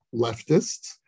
leftists